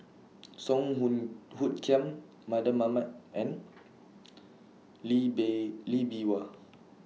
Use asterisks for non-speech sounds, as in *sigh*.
Song Hoot Hoot Kiam Mardan Mamat and *noise* Lee Bay Lee Bee Wah